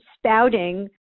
spouting